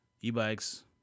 e-bikes